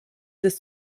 des